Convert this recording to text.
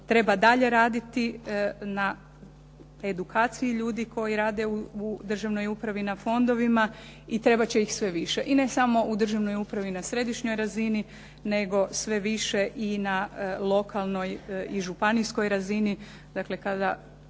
treba dalje raditi na edukaciji ljudi koji rade u državnoj upravi na fondovima i trebati će ih sve više. I ne samo u državnoj upravi na središnjoj razini, nego sve više i na lokalnoj i županijskoj razini,